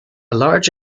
large